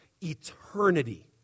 eternity